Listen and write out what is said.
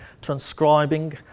transcribing